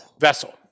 Vessel